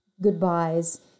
goodbyes